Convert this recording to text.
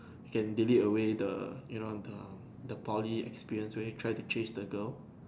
you can delete away the you know the Poly experience away try to chase that girl